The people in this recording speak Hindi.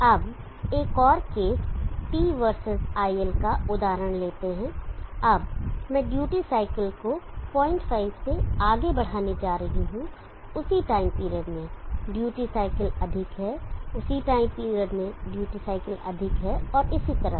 अब एक और केस t वर्सेस iL का उदाहरण लेते हैं अब मैं ड्यूटी साइकिल को 05 से आगे बढ़ाने जा रहा हूं उसी टाइम पीरियड में ड्यूटी साइकिल अधिक है उसी टाइम पीरियड में ड्यूटी साइकिल अधिक है और इसी तरह